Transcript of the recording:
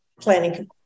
planning